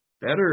better